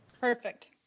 Perfect